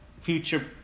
future